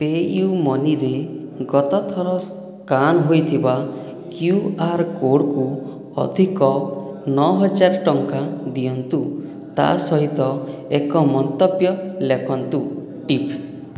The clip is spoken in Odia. ପେୟୁ ମନିରେ ଗତ ଥର ସ୍କାନ୍ ହୋଇଥିବା କ୍ୟୁ ଆର୍ କୋଡ଼୍କୁ ଅଧିକ ନଅ ହଜାର ଟଙ୍କା ଦିଅନ୍ତୁ ତା'ସହିତ ଏକ ମନ୍ତବ୍ୟ ଲେଖନ୍ତୁ ଟିପ୍